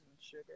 sugar